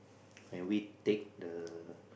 when we take the